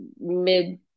mid